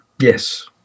Yes